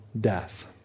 death